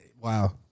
Wow